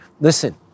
listen